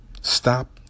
Stop